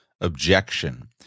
objection